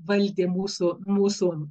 valdė mūsų mūsų